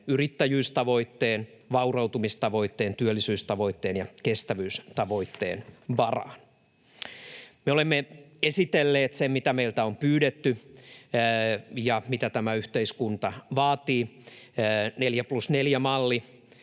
yrittäjyystavoitteen, vaurastumistavoitteen, työllisyystavoitteen ja kestävyystavoitteen varaan. Me olemme esitelleet sen, mitä meiltä on pyydetty ja mitä tämä yhteiskunta vaatii, 4+4-mallin,